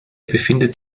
befindet